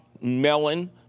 melon